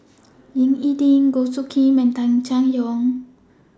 Ying E Ding Goh Soo Khim and Tung Chye Hong